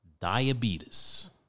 diabetes